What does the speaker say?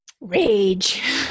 Rage